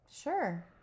Sure